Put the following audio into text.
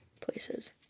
places